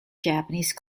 japanese